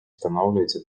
встановлюється